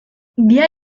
dia